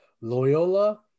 Loyola